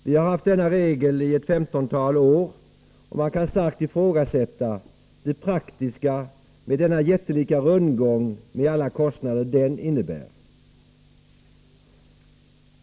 Vi har haft denna regel i ett femtontal år, och man kan starkt ifrågasätta det praktiska med denna jättelika rundgång med alla de kostnader den innebär.